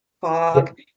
Fog